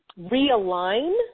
realign